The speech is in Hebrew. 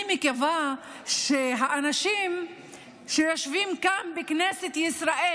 אני מקווה שהאנשים שיושבים כאן בכנסת ישראל